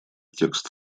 текст